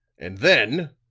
and then,